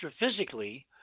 astrophysically